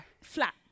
flat